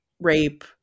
rape